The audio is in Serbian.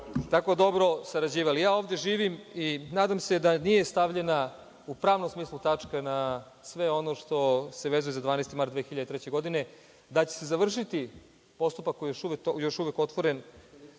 tako dobro sarađivali. Ja ovde živim i nadam se da nije stavljena, u pravnom smislu, tačka na sve ono što se vezuje za 12. mart 2003. godine, da će se završiti postupak koji je još uvek otvoren,